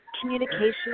communication